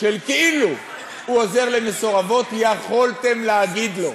שכאילו הוא עוזר למסורבות, יכולתם להגיד לו: